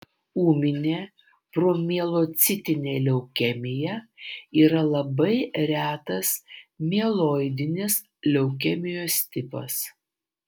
ūminė promielocitinė leukemija yra labai retas mieloidinės leukemijos tipas